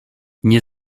nie